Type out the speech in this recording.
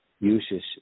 uses